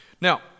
Now